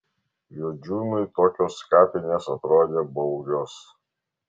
juodžiūnui tokios kapinės atrodė baugios